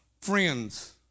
friends